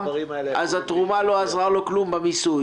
אז התרומה לא עזרה כלום במיסוי.